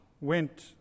went